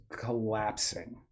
collapsing